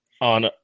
on